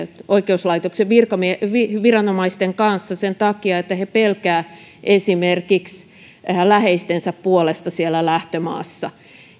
oikeuslaitoksen viranomaisten kanssa sen takia että he pelkäävät esimerkiksi läheistensä puolesta siellä lähtömaassa